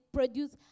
produce